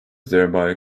thereby